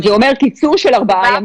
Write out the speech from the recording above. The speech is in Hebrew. זה אומר קיצור של ארבעה ימים.